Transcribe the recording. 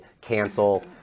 cancel